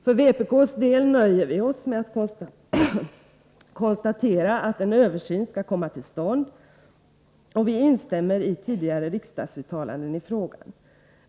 För vpk:s del nöjer vi oss med att konstatera att en översyn skall komma till stånd, och vi instämmer i tidigare riksdagsuttalanden i frågan.